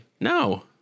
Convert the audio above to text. No